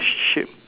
sheep